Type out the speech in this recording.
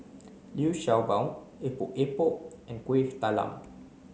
Liu Sha Bao Epok Epok and Kuih Talam